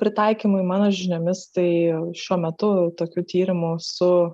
pritaikymui mano žiniomis tai šiuo metu tokių tyrimų su